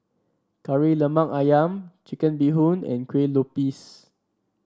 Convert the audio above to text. Kari Lemak ayam Chicken Bee Hoon and Kuih Lopes